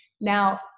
Now